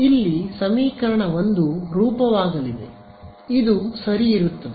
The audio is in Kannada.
ಇಲ್ಲಿ ಸಮೀಕರಣ 1 ರೂಪವಾಗಲಿದೆ ಇದು ಸರಿ ಇರುತ್ತದೆ